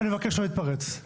אני מבקש לא להתפרץ.